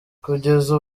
kugeza